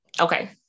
Okay